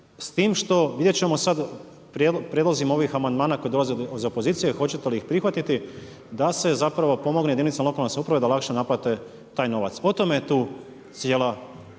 s tim što vidjet ćemo sad prijedlozima ovih amandmana koji dolaze iz opozicije hoćete li ih prihvatiti da se zapravo pomogne jedinicama lokalne samouprave da lakše naplate taj novac. O tome je tu cijela